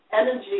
energy